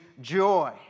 joy